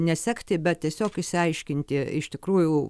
nesekti bet tiesiog išsiaiškinti iš tikrųjų